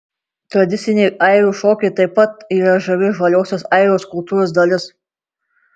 tradiciniai airių šokiai taip pat yra žavi žaliosios airijos kultūros dalis